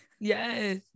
yes